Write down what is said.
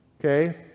Okay